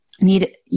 need